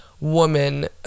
woman